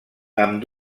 amb